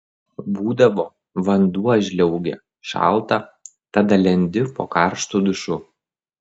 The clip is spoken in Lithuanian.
būdavo vanduo žliaugia šalta tada lendi po karštu dušu